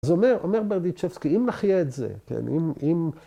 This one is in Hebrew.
‫אז אומר... אומר ברדיצ'בסקי, ‫אם נחיה את זה, כן? אם... אם...